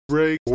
Break